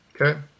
Okay